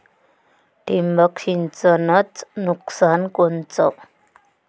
ठिबक सिंचनचं नुकसान कोनचं?